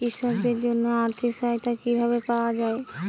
কৃষকদের জন্য আর্থিক সহায়তা কিভাবে পাওয়া য়ায়?